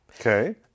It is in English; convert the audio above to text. Okay